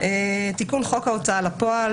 חוק ההוצאה לפועל.